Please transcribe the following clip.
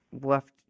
left